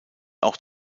auch